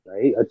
Right